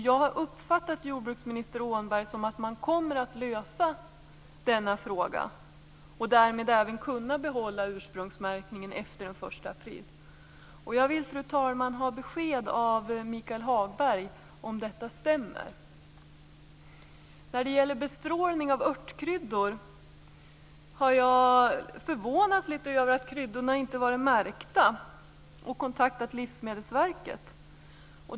Jag har uppfattat jordbruksminister Åhnberg som att man kommer att lösa denna fråga och därmed även kunna behålla ursprungsmärkningen efter den 1 april. Jag vill, fru talman, ha besked av Michael Hagberg om detta stämmer. När det gäller bestrålning av örtkryddor har jag förvånats litet över att kryddorna inte har varit märkta och kontaktat Livsmedelsverket.